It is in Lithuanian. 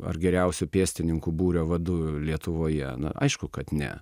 ar geriausiu pėstininkų būrio vadu lietuvoje na aišku kad ne